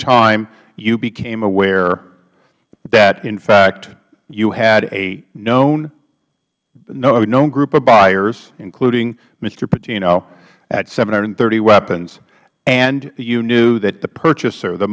time you became aware that in fact you had a known group of buyers including mr hpatino at seven hundred and thirty weapons and you knew that the purchaser the